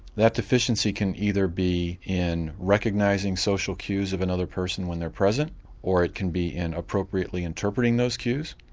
that deficiency can either be in recognising social cues of another person when they're present or it can be inappropriately interpreting those cues,